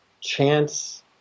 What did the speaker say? chance